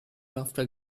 after